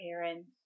parents